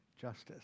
justice